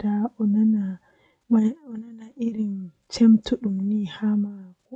duddum.